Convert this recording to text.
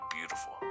beautiful